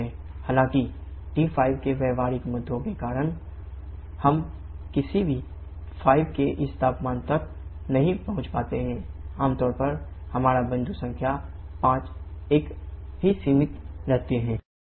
हालाँकि T5 के व्यावहारिक मुद्दों के कारण हम कभी भी 5' के इस तापमान तक नहीं पहुँच पाते हैं आमतौर पर हम बिंदु संख्या 5 तक ही सीमित रहते हैं